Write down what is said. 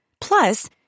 Plus